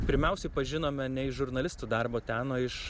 pirmiausiai pažinome nei žurnalistų darbo ten o iš